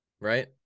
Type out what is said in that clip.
right